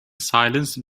silence